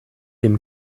dem